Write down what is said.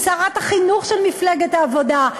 שרת החינוך של מפלגת העבודה,